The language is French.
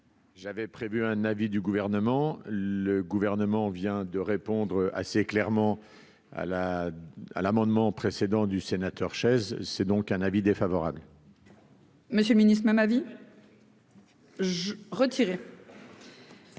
J'avais prévu un avis du gouvernement, le gouvernement vient de répondre assez clairement à la à l'amendement précédent du sénateur, chaises, c'est donc un avis défavorable. Monsieur le Ministre, même avis. Retiré.